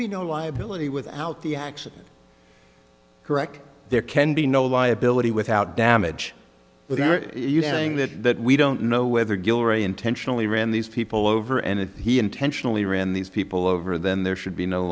be no liability without the action correct there can be no liability without damage without you having that that we don't know whether guillory intentionally ran these people over and if he intentionally ran these people over then there should be no